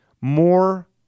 more